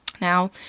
Now